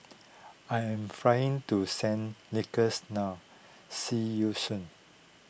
I am flying to Saint Lucia now see you soon